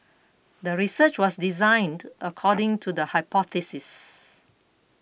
the research was designed according to the hypothesis